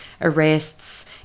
arrests